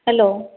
hello